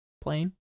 Plane